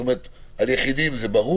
זאת אומרת, על יחידים זה ברור,